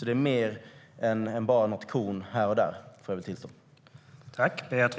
Det är alltså mer än bara något korn här och där.